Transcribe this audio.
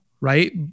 right